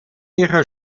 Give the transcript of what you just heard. ihrer